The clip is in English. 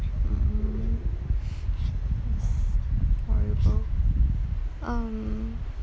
mm that's horrible um